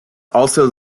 also